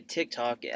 TikTok